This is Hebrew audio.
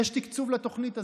יש תקצוב לתוכנית הזו.